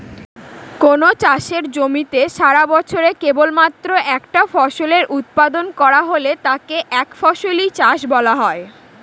কোনো চাষের জমিতে সারাবছরে কেবলমাত্র একটা ফসলের উৎপাদন করা হলে তাকে একফসলি চাষ বলা হয়